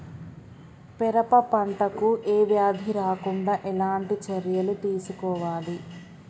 పెరప పంట కు ఏ వ్యాధి రాకుండా ఎలాంటి చర్యలు తీసుకోవాలి?